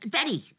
Betty